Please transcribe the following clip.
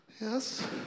yes